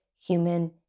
human